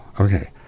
okay